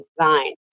design